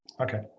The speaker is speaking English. Okay